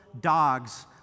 dogs